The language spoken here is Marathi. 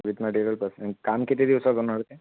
विथ मटेरियल पासनं काम किती दिवसात होणार ते